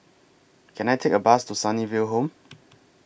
Can I Take A Bus to Sunnyville Home